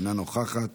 אינה נוכחת,